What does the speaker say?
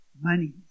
money